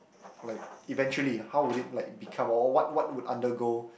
like eventually how would it like become all what what would undergo